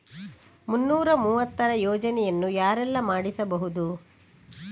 ಮುನ್ನೂರ ಮೂವತ್ತರ ಯೋಜನೆಯನ್ನು ಯಾರೆಲ್ಲ ಮಾಡಿಸಬಹುದು?